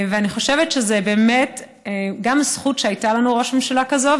אני חושבת שזו באמת גם זכות שהייתה לנו ראש ממשלה כזאת,